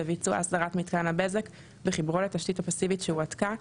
בביצוע הסרת מיתקן הבזק וחיבורו לתשתית הפסיבית שהועתקה.